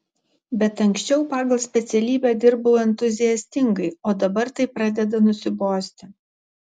bet anksčiau pagal specialybę dirbau entuziastingai o dabar tai pradeda nusibosti